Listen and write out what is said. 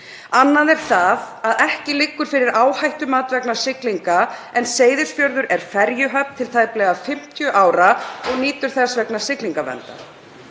Annað er það að ekki liggur fyrir áhættumat vegna siglinga en Seyðisfjörður er ferjuhöfn til tæplega 50 ára og nýtur þess vegna siglingaverndar.